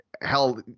Hell